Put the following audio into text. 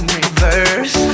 reverse